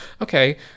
Okay